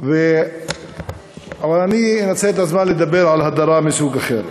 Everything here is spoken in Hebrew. אבל אני אנצל את הזמן לדבר על הדרה מסוג אחר.